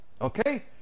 Okay